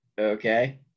Okay